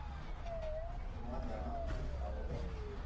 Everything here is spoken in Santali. ᱱᱚᱣᱟ ᱡᱟᱱᱟᱢ ᱪᱷᱩᱸᱛ ᱟᱵᱚ ᱵᱚᱱ